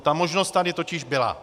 Ta možnost tady totiž byla.